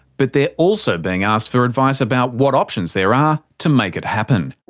but they're also being asked for advice about what options there are to make it happen.